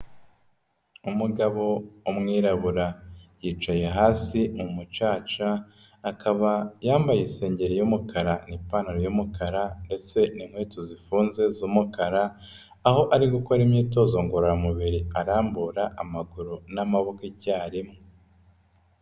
Umugabo w'umwirabura yicaye hasi mu mucacaba, akaba yambaye isengeri y'umukara n'ipantaro y'umukara ndetse'inkweto zifunze z'umukara aho ari gukora imyitozo ngororamubiri, arambura amaguru n'amaboko icyarimwe.